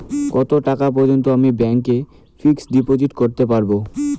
কত টাকা পর্যন্ত আমি ব্যাংক এ ফিক্সড ডিপোজিট করতে পারবো?